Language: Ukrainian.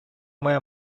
моя